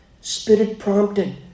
spirit-prompted